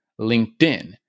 LinkedIn